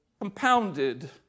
compounded